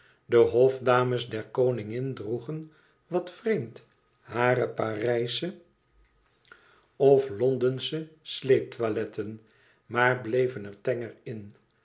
de hofdames der koningin droegen wat vreemd hare parijsche of londensche sleeptoiletten maar bleven er tenger